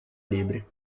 libri